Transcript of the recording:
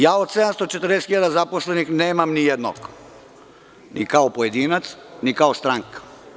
Ja od 740.000 zaposlenih nemam nijednog, ni kao pojedinac, ni kao stranka.